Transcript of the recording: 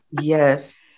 Yes